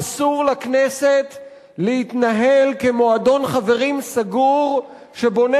אסור לכנסת להתנהל כמועדון חברים סגור שבונה